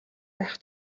байх